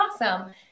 awesome